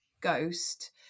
ghost